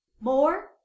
More